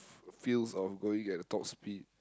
f~ feels on going at the top speed